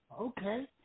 Okay